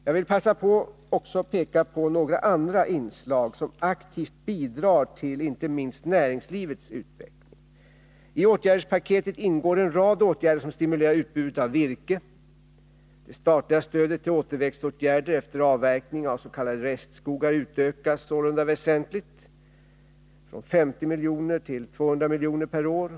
Jag vill passa på att också peka på några andra inslag som aktivt bidrar till inte minst näringslivets utveckling. I åtgärdspaketet ingår en rad åtgärder som stimulerar utbudet av virke. Det statliga stödet till åter utökas således väsentligt, från 50 milj.kr. till 200 milj.kr. per år.